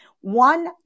one